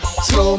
Slow